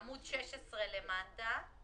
עמוד 16 למטה.